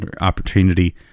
opportunity